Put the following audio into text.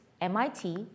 MIT